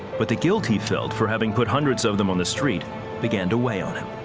but the guilt he felt for having put hundreds of them on the streets began to weigh on him.